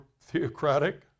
theocratic